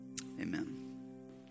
Amen